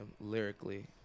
lyrically